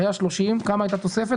היה 30. כמה הייתה תוספת?